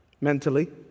mentally